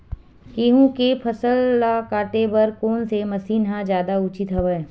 गेहूं के फसल ल काटे बर कोन से मशीन ह जादा उचित हवय?